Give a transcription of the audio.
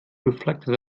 reflected